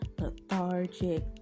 lethargic